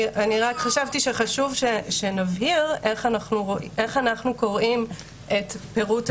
אני רק חשבתי שחשוב שנבהיר איך אנחנו קוראים את הפירוט.